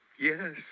Yes